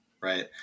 right